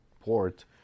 port